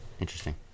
Interesting